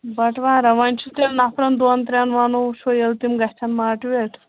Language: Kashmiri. بٹوارا وۄنۍ چھُ تیٚلہِ نَفرَن دۄن ترٛٮ۪ن وَنو وٕچھو ییٚلہِ تِم گژھن ماٹِویٹ